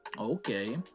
okay